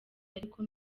ariko